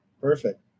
perfect